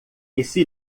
esse